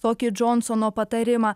tokį džonsono patarimą